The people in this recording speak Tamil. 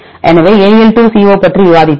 எனவே AL2CO பற்றி விவாதித்தோம்